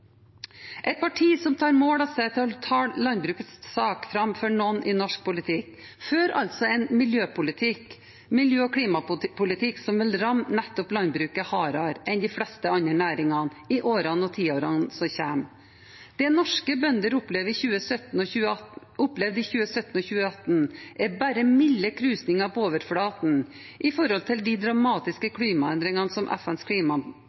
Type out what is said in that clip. Et parti som tar mål av seg til å tale landbrukets sak framfor noen i norsk politikk, fører altså en miljø- og klimapolitikk som vil ramme nettopp landbruket hardere enn de fleste andre næringer i årene og tiårene som kommer. Det norske bønder opplevde i 2017 og 2018, er bare milde krusninger på overflaten i forhold til de dramatiske klimaendringene FNs